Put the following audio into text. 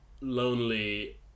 lonely